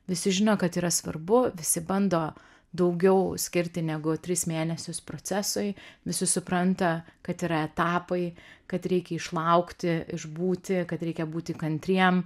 visi žino kad tai yra svarbu visi bando daugiau skirti negu tris mėnesius procesui visi supranta kad yra etapai kad reikia išlaukti išbūti kad reikia būti kantriem